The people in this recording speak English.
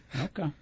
Okay